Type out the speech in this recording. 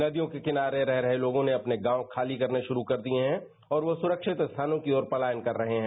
नदियों के किनारे रह रहे लोगों ने अपने गांव खाली करने युरू कर दिए हैं और वो सुरक्षित स्थानों की तरफ पलायन कर रहे हैं